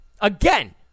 Again